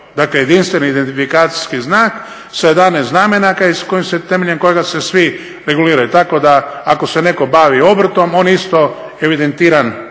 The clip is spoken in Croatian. Dakle, jedinstveni identifikacijski znak sa 11 znamenaka i temeljem kojega se svi reguliraju, tako da ako se netko bavi obrtom on isto evidentiran